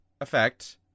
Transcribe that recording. effect